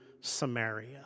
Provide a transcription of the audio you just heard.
Samaria